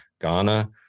Ghana